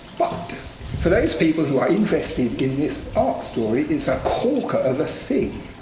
but for those people who are interested in this ark story, it's a corker of a thing.